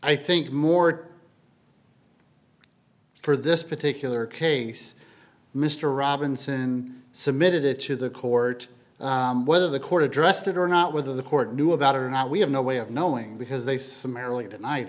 i think mort for this particular case mr robinson submitted it to the court whether the court addressed it or not whether the court knew about it or not we have no way of knowing because they summarily tonight